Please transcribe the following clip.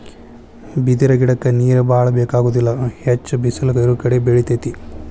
ಬಿದಿರ ಗಿಡಕ್ಕ ನೇರ ಬಾಳ ಬೆಕಾಗುದಿಲ್ಲಾ ಹೆಚ್ಚ ಬಿಸಲ ಇರುಕಡೆ ಬೆಳಿತೆತಿ